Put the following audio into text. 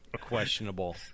Questionable